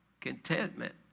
Contentment